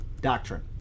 doctrine